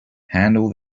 handle